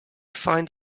find